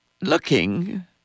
looking